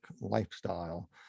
lifestyle